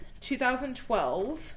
2012